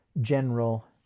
general